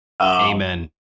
Amen